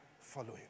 following